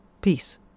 Peace